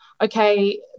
Okay